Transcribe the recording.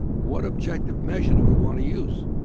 what objective measure do we want to use?